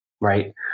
right